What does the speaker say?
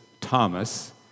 Thomas